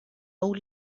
old